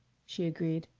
she agreed,